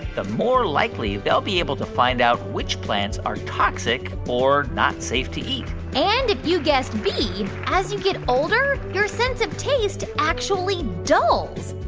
the more likely they'll be able to find out which plants are toxic, or not safe to eat and if you guessed b, as you get older, your sense of taste actually dulls.